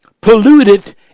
polluted